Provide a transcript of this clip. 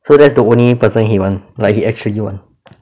so that's the only person he want like he actually wants